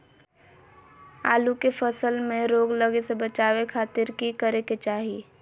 आलू के फसल में रोग लगे से बचावे खातिर की करे के चाही?